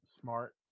Smart